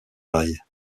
rail